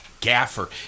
gaffer